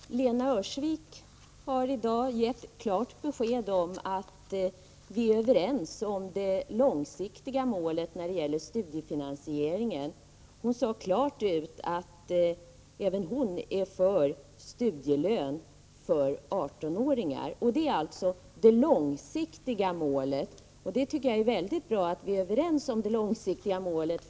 Fru talman! Lena Öhrsvik har i dag gett klart besked om att vi är överens om det långsiktiga målet när det gäller studiefinansieringen. Hon sade klart ut att även hon är för studielön för 18-åringar. Detta är det långsiktiga målet. Jag tycker att det är mycket bra att vi är överens om det långsiktiga målet.